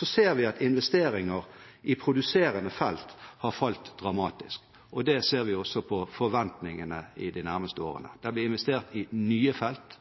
ser vi at investeringer i produserende felt har falt dramatisk. Det ser vi også på forventningene i de nærmeste årene. Det blir investert i nye felt,